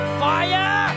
fire